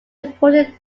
reported